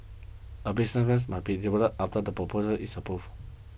a businesses must be developed after the proposal is approved